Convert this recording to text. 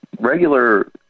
regular